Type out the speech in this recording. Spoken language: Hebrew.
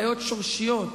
בעיות שורשיות.